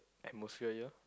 atmosphere here